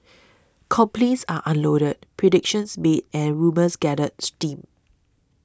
complaints are unloaded predictions made and rumours gather steam